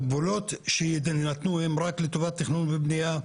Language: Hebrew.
הגבולות שיינתנו הם רק לטובת תכנון ובנייה.